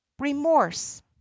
Remorse